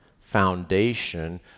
foundation